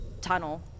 tunnel